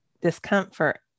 discomfort